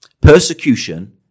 Persecution